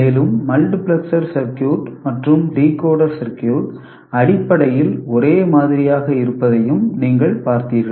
மேலும் multiplexer circuit மற்றும் decoder circuit அடிப்படையில் ஒரே மாதிரியாக இருப்பதையும் நீங்கள் பார்த்தீர்கள்